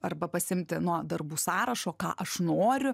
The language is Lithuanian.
arba pasiimti nuo darbų sąrašo ką aš noriu